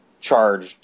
charged